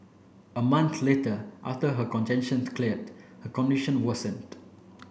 a month later after her congestion cleared her condition worsened